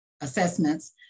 assessments